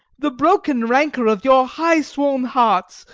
the broken rancour of your high-swoln hearts,